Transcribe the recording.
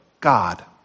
God